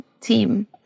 team